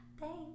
thanks